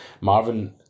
Marvin